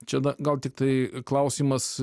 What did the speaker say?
čia da gal tiktai klausimas